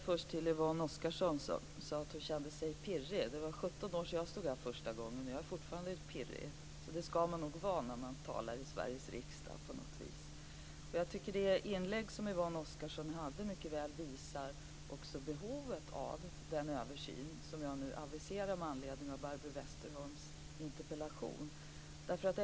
Fru talman! Yvonne Oscarsson sade att hon kände sig pirrig. Det är 17 år sedan jag stod här första gången, och jag är fortfarande pirrig. Det skall man nog vara när man talar i Sveriges riksdag. Yvonne Oscarssons inlägg visar mycket väl behovet av den översyn som jag nu aviserat med anledning av Barbro Westerholms interpellation.